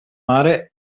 mare